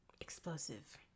explosive